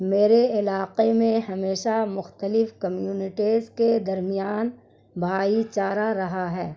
میرے علاقے میں ہمیشہ مختلف کمیونٹیز کے درمیان بھائی چارہ رہا ہے